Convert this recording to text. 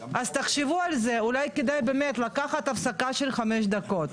אז תחשבו על זה אולי כדאי באמת לקחת הפסקה של 5 דקות,